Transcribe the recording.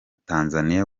tanzaniya